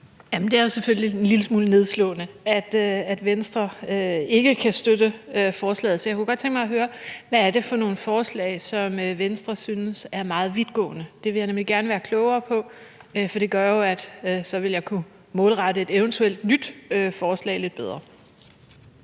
Det er selvfølgelig en lille smule nedslående, at Venstre ikke kan støtte forslaget, så jeg kunne godt tænke mig at høre, hvad det er for nogle forslag, som Venstre synes er meget vidtgående. Det vil jeg nemlig gerne være klogere på, for det gør jo, at jeg så vil kunne målrette et eventuelt nyt forslag lidt bedre.